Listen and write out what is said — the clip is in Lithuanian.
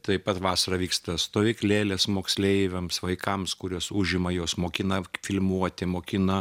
taip pat vasarą vyksta stoviklėlės moksleiviams vaikams kuriuos užima juos mokina filmuoti mokina